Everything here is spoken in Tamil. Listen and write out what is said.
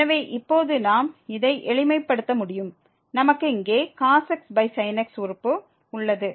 எனவே இப்போது நாம் இதை எளிமைப்படுத்த முடியும் நமக்கு இங்கே cos x sin x உறுப்பு உள்ளது